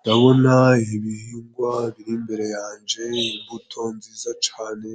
Ndabona ibihingwa biri imbere yanje, imbuto nziza cane